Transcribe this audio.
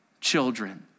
children